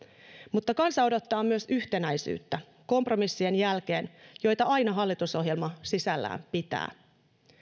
mutta kansa odottaa myös yhtenäisyyttä kompromissien jälkeen joita aina hallitusohjelma sisällään pitää